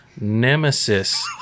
Nemesis